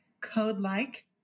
code-like